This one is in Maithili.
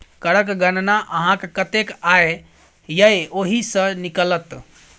करक गणना अहाँक कतेक आय यै ओहि सँ निकलत